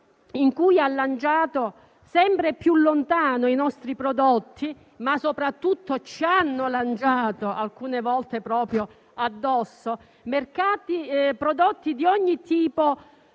che ha lanciato sempre più lontano i nostri prodotti, ma soprattutto in cui ci hanno lanciato, alcune volte proprio addosso, prodotti di ogni tipo